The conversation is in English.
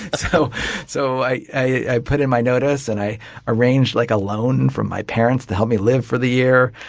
so so i i put in my notice and i arranged like a loan from my parents to help me live for the year,